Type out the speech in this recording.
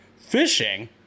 fishing